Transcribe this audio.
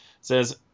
Says